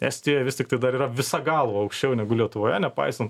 estijoj vis tiktai dar yra visa galva aukščiau negu lietuvoje nepaisan